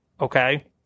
Okay